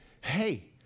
Hey